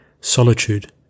solitude